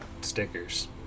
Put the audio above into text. stickers